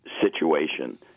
situation